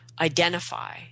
identify